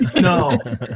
No